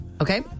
Okay